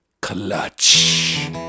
clutch